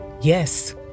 yes